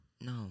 No